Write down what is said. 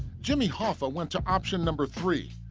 jimmy hoffa went to option number three,